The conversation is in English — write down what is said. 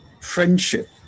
friendship